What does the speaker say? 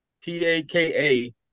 P-A-K-A